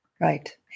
right